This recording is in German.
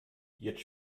jetzt